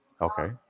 okay